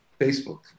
Facebook